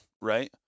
right